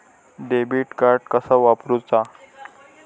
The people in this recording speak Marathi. डेबिट कार्ड कसा वापरुचा?